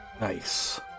Nice